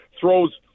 throws